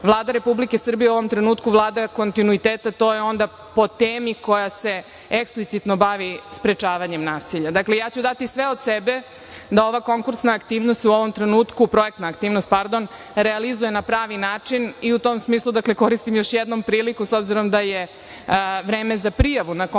Vlada Republike Srbije u ovom trenutku Vlada kontinuiteta, to je onda po temi koja se eksplicitno bavi sprečavanjem nasilja. Dakle, ja ću dati sve od sebe da ova konkursna aktivnost, i u ovom trenutku projektna aktivnost, pardon, realizuje na pravi način i u tom smislu koristim još jednom priliku, s obzirom da je vreme za prijavu na konkursne